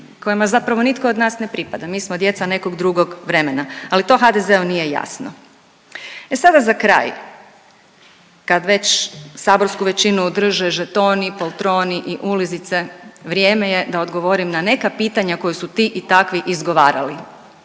kojima zapravo nitko od nas ne pripada. Mi smo djeca nekog drugog vremena, ali to HDZ-u nije jasno. E sada za kraj kad već saborsku većinu drže žetoni, poltroni i ulizice vrijeme je da odgovorim na neka pitanja koji su ti i takvi izgovarali,